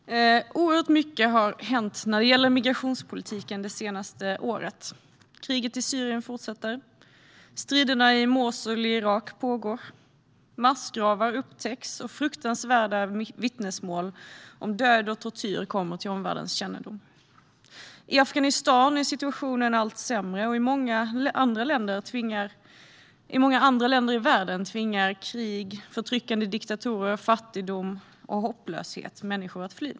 Herr talman! Oerhört mycket har hänt det senaste året när det gäller migrationspolitiken. Kriget i Syrien fortsätter, striderna i Mosul i Irak pågår, massgravar upptäcks och fruktansvärda vittnesmål om död och tortyr kommer till omvärldens kännedom. I Afghanistan blir situationen allt sämre, och i många andra länder i världen tvingar krig, förtryckande diktatorer, fattigdom och hopplöshet människor att fly.